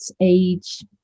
age